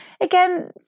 again